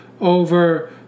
over